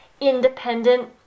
independent